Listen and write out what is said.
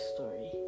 Story